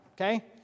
Okay